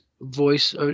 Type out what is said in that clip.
voice